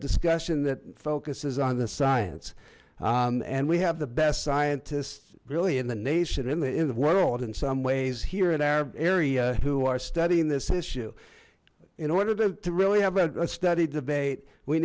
discussion that focuses on the science and we have the best scientists really in the nation in the in the world in some ways here in our area who are studying this issue in order to really have a study debate we